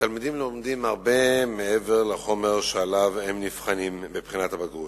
התלמידים לומדים הרבה מעבר לחומר שעליו הם נבחנים בבחינת הבגרות,